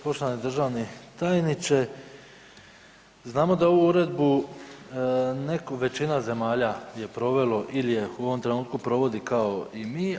Poštovani državni tajniče znamo da ovu uredbu neka većina zemalja je provelo ili ju u ovom trenutku provodi kao i mi.